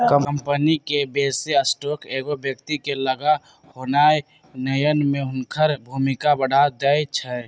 company के बेशी stock एगो व्यक्ति के लग होनाइ नयन में हुनकर भूमिका बढ़ा देइ छै